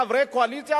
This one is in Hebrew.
חברי קואליציה,